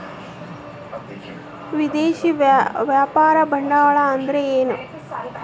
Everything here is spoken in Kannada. ವಿದೇಶಿಯ ವ್ಯಾಪಾರ ಬಂಡವಾಳ ಅಂದರೆ ಏನ್ರಿ?